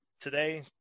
today